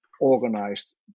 organized